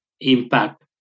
impact